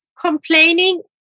complaining